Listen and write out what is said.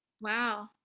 Wow